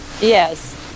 Yes